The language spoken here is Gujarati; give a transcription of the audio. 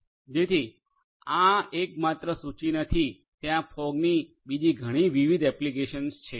જેથી આ એકમાત્ર સૂચિ નથી ત્યાં ફોગની બીજી ઘણી વિવિધ એપ્લિકેશન છે